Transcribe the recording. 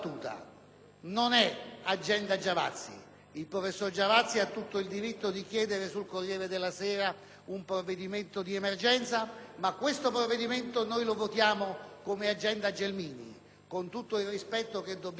- e certamente il professor Giavazzi ha tutto il diritto di chiedere sul «Corriere della Sera» un provvedimento di emergenza - ma questo provvedimento, che si vota come agenda Gelmini, con tutto il rispetto che si